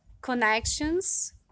connections